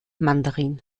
mandarin